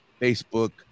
Facebook